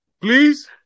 Please